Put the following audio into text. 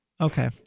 Okay